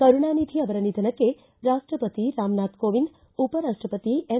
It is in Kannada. ಕರುಣಾನಿಧಿ ಅವರ ನಿಧನಕ್ಕೆ ರಾಷ್ಷಪತಿ ರಾಮನಾಥ್ ಕೋವಿಂದ್ ಉಪರಾಷ್ಷಪತಿ ಎಂ